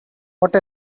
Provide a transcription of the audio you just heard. what